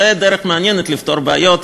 זו דרך מעניינת לפתור בעיות,